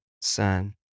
son